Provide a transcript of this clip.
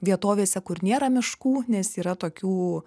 vietovėse kur nėra miškų nes yra tokių